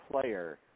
player